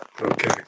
Okay